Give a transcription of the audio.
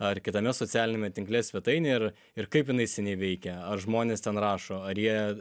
ar kitame socialiniame tinkle svetainė ir ir kaip jinai seniai veikia ar žmonės ten rašo ar jie